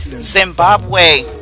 Zimbabwe